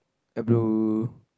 a blue